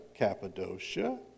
cappadocia